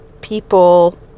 people